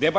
sjukhus.